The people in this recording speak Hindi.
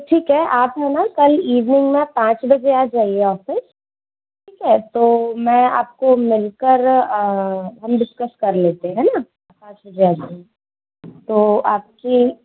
ठीक है आप है ना कल इवनिंग में पांच बजे आ जाइए ऑफिस ठीक है तो मैं आपको मिलकर हम डिस्कस कर लेते है है ना तो आपकी